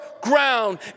ground